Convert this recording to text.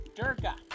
Durga